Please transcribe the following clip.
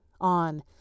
on